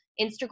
Instagram